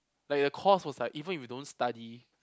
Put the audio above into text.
like the course was like even if you don't study